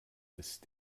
ist